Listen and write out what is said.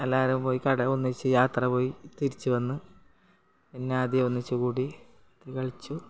എല്ലാവരും പോയി കൂടെ ഒന്നിച്ച് പോയി യാത്ര പോയി തിരിച്ചു വന്നു പിന്നെ ആദ്യം ഒന്നിച്ചു കൂടി കളിച്ചു